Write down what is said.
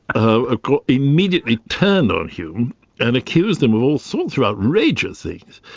ah ah immediately turned on hume and accused him of all sorts of outrageous things,